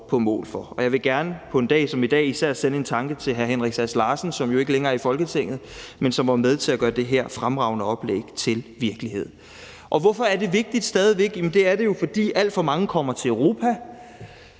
på mål for. Jeg vil gerne på en dag som i dag især sende en tanke til hr. Henrik Sass Larsen, som jo ikke længere er i Folketinget, men som var med til at gøre det her fremragende oplæg til virkelighed. Og hvorfor er det vigtigt stadig væk? Jamen det er det jo, fordi alt for mange kommer til Europa.